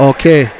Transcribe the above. Okay